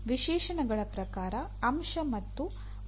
ವಿಶೇಷಣಗಳ ಪ್ರಕಾರ ಅಂಶ ಮತ್ತು ಉಪ ವ್ಯವಸ್ಥೆಗಳನ್ನು ವಿನ್ಯಾಸಗೊಳಿಸಿ